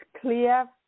clear